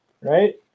right